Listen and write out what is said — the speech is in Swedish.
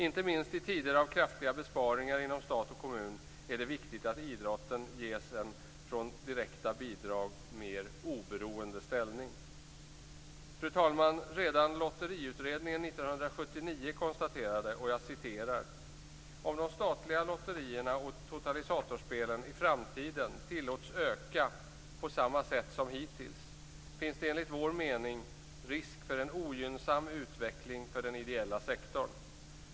Inte minst i tider av kraftiga besparingar inom stat och kommun är det viktigt att idrotten ges en från direkta bidrag mer oberoende ställning. Fru talman! Redan Lotteriutredningen 1979 konstaterade: "Om de statliga lotterierna och totalisatorspelen i framtiden tillåts öka på samma sätt som hittills finns det enligt vår mening risk för en ogynnsam utveckling för den ideella sektorn.